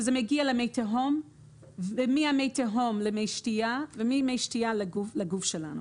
ממי התהום למי השתייה וממי השתייה לגוף שלנו.